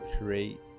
create